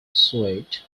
swayed